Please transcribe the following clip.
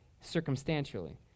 circumstantially